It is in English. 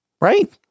Right